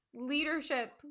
Leadership